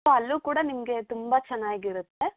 so ಅಲ್ಲು ಕೂಡ ನಿಮಗೆ ತುಂಬ ಚೆನ್ನಾಗಿರುತ್ತೆ